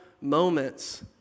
moments